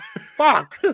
fuck